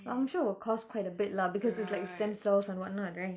but I'm sure it will cost quite a bit lah because it's like stem cells and whatnot right